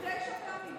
תשע פעמים.